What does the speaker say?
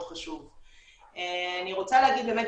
תודה רבה ליו"ר ה וועדה ח"כ קאבלה,